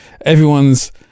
everyone's